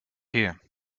here